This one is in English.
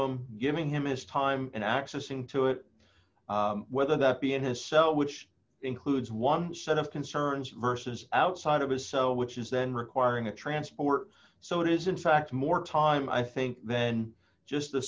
him giving him his time and accessing to it whether that be in his cell which includes one set of concerns versus outside of his cell which is then requiring a transport so it is in fact more time i think then just the